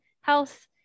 health